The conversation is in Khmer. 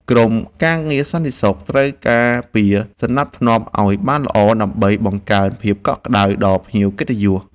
ក្រុមការងារសន្តិសុខត្រូវការពារសណ្ដាប់ធ្នាប់ឱ្យបានល្អដើម្បីបង្កើនភាពកក់ក្ដៅដល់ភ្ញៀវកិត្តិយស។